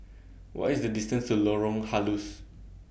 What IS The distance to Lorong Halus